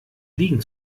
liegen